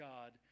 God